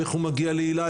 איך הוא מגיע להילה,